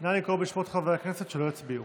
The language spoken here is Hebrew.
נא לקרוא בשמות חברי הכנסת שלא הצביעו.